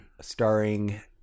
starring